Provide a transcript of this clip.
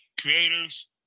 creators